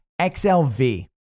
XLV